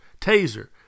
taser